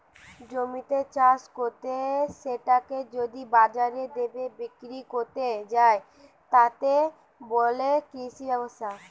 জমিতে চাষ কত্তে সেটাকে যদি বাজারের দরে বিক্রি কত্তে যায়, তাকে বলে কৃষি ব্যবসা